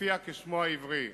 יופיע כשמו העברי.